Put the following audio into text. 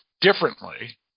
differently